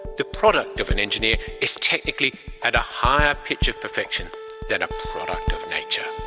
the product of an engineer is technically at a higher pitch of perfection than a product of nature.